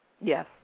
Yes